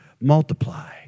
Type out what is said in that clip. multiply